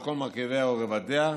על כל מרכיביה ורבדיה.